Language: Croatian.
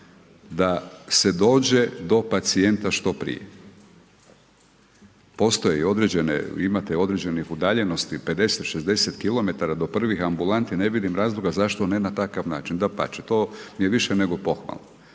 da se dođe do pacijenta što prije. Postoje i određene, vi imate određenih udaljenosti 50, 60 km do prvih ambulanti, ne vidim razloga zašto ne na takav način. Dapače, to je više nego pohvalno.